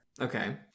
Okay